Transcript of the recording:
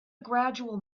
gradual